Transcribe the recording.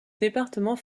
département